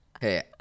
Hey